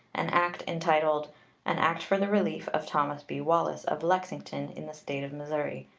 an act entitled an act for the relief of thomas b. wallace, of lexington, in the state of missouri,